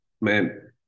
man